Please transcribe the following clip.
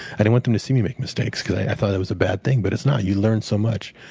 i didn't want them to see me make mistakes because i thought that was a bad thing, but it's not. you learn so much.